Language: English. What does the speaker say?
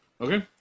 Okay